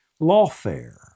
Lawfare